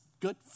good